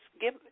give